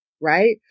right